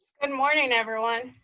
and morning, everyone.